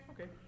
okay